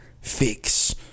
fix